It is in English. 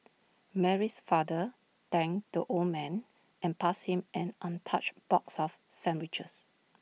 Mary's father thanked the old man and passed him an untouched box of sandwiches